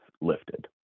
lifted